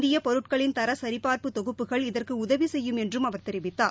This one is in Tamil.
இந்திய பொருட்களின் தர சரிபார்ப்பு தொகுப்புகள் இதற்கு உதவி செய்யும் என்று அவர் தெரிவித்தார்